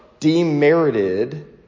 demerited